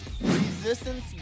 resistance